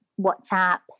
WhatsApp